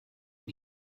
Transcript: nie